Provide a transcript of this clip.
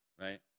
Right